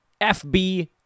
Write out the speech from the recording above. FB